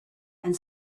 and